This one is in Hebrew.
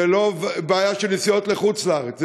זו לא בעיה של נסיעות לחוץ-לארץ,